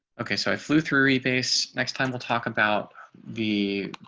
okay, so i flew through every base. next time we'll talk about the